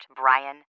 Brian